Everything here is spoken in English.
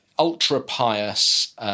ultra-pious